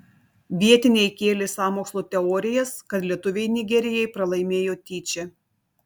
vietiniai kėlė sąmokslo teorijas kad lietuviai nigerijai pralaimėjo tyčia